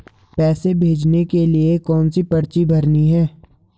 पैसे भेजने के लिए कौनसी पर्ची भरनी है?